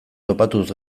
topatuz